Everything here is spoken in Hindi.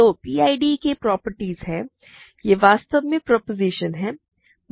तो पीआईडी के प्रोपर्टीज़ ये वास्तव में प्रोपोज़िशन है